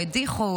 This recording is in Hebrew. הדיחו,